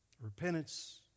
Repentance